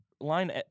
line